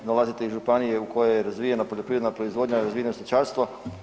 Dolazite iz županije u kojoj je razvijena poljoprivredna proizvodnja, razvijeno stočarstvo.